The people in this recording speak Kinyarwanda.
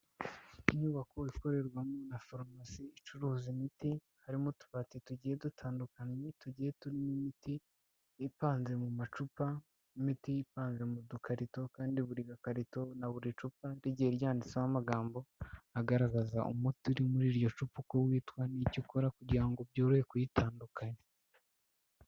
Inyubako ikorerwamo nka farumasi icuruza imiti, harimo utubati tugiye dutandukanye tugiye turimo imiti ipanze mu macupa, n'imiti ipanze mu dukarito, kandi buri gakarito na buri cupa rigiye ryanditseho amagambo agaragaza umuti uri muri iryo cupa, uko witwa n'icyo ukora kugira ngo byoroshye kuyitandukanya.